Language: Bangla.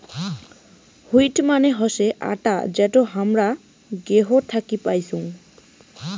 হুইট মানে হসে আটা যেটো হামরা গেহু থাকি পাইচুং